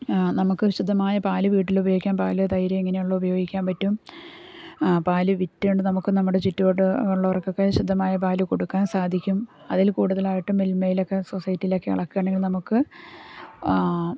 നമുക്ക് ശുദ്ധമായ പാല് വീട്ടിലുപയോഗിക്കാം പാല് തൈര് ഇങ്ങനെയുള്ള ഉപയോഗിക്കാൻ പറ്റും പാല് വിറ്റ് കൊണ്ട് നമുക്ക് നമ്മുടെ ചുറ്റുവട്ടമുള്ളവർക്കൊക്കെ ശുദ്ധമായ പാല് കൊടുക്കാൻ സാധിക്കും അതിൽ കൂടുതലായിട്ട് മിൽമയിലൊക്കെ സൊസൈറ്റിയിലൊക്കെ അളക്കണെ നമുക്ക്